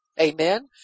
Amen